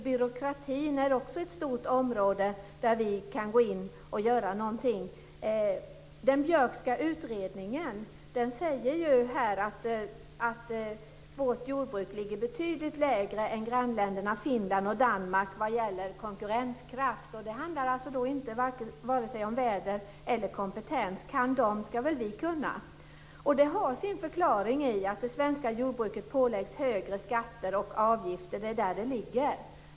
Byråkratin är också ett stort område där vi kan gå in och göra någonting. Den Björkska utredningen säger ju att vårt jordbruk ligger betydligt lägre än jordbruket i grannländerna Finland och Danmark när det gäller konkurrenskraft. Det handlar då inte om vare sig väder eller kompetens. Kan man i Finland och Danmark skall väl vi kunna. Det har sin förklaring i att det svenska jordbruket påläggs högre skatter och avgifter, det är där det ligger.